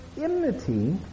enmity